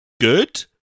good